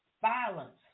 Violence